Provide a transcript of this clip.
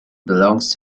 belongs